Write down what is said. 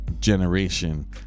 generation